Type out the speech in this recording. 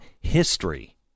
history